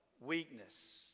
Weakness